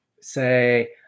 say